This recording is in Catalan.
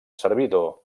servidor